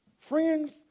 Friends